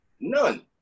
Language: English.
None